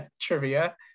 trivia